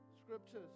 scriptures